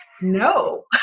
no